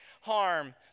harm